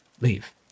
leave